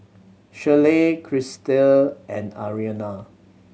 Schley Crystal and Ariana